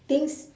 things